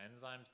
enzymes